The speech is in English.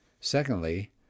secondly